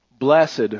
Blessed